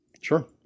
Sure